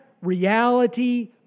reality